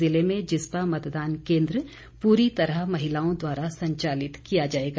जिले में जिस्पा मतदान केंद्र पूरी तरह महिलाओं द्वारा संचालित किया जाएगा